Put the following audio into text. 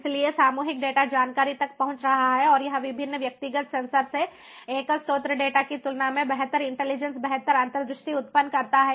इसलिए सामूहिक डेटा जानकारी तक पहुंच रहा है और यह विभिन्न व्यक्तिगत सेंसर से एकल स्रोत डेटा की तुलना में बेहतर इंटेलिजेंस बेहतर अंतर्दृष्टि उत्पन्न करता है